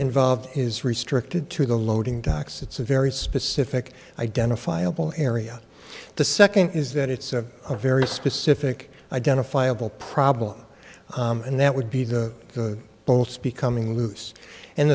involved is restricted to the loading docks it's a very specific identifiable area the second is that it's a very specific identifiable problem and that would be the bolts becoming loose and